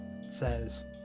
says